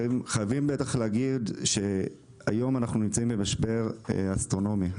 חייבים להגיד שהיום אנחנו נמצאים במשבר אסטרונומי.